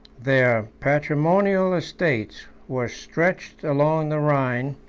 their patrimonial estates were stretched along the rhine,